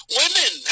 women